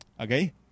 Okay